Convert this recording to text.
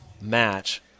match